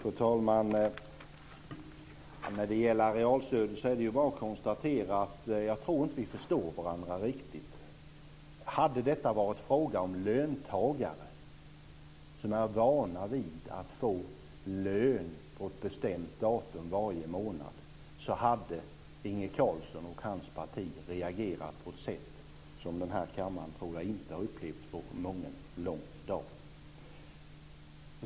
Fru talman! När det gäller arealstödet är det ju bara att konstatera att jag inte tror att vi förstår varandra riktigt. Hade det varit fråga om löntagare, som är vana vid att få lön vid ett bestämt datum varje månad, så hade Inge Carlsson och hans parti reagerat på ett sätt som jag tror att den här kammaren inte har upplevt på mången lång dag.